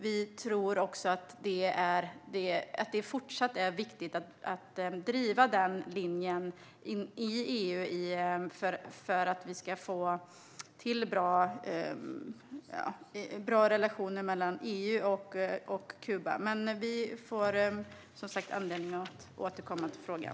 Vi tror också att det även fortsättningsvis är viktigt att driva denna linje i EU för att vi ska få till stånd bra relationer mellan EU och Kuba. Men vi får, som sagt, anledning att återkomma till frågan.